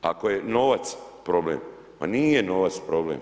Ako je novac problem, pa nije novac problem.